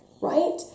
right